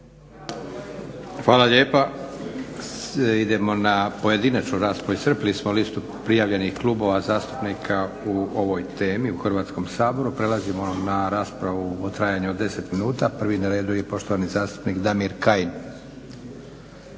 Hvala lijepa. Idemo na pojedinačnu raspravu. Iscrpili smo listu prijavljenih klubova zastupnika o ovoj temi u Hrvatskom saboru. Prelazimo na raspravu u trajanju od 10 minuta. Prvi na redu je poštovani zastupnik Damir Kajin.